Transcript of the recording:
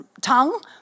tongue